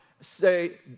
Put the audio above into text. say